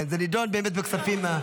--- כן, זה נדון באמת בכספים.